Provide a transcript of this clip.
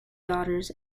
daughters